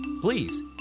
Please